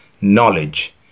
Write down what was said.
knowledge